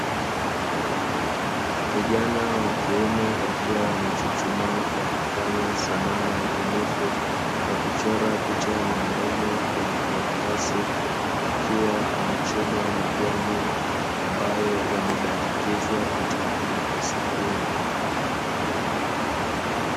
Vijana wa kiume wakiwa wamechuchumaa wakifanya sanaa ya ubunifu kwa kuchora picha ya mwanaume kwenye karatasi, akiwa anachuma majani ambayo yamebandikizwa katika karatasi hilo.